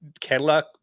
Cadillac